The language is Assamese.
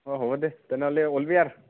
অঁ হ'ব দে তেনেহ'লে ওলবি আৰ